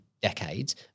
decades